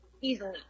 easily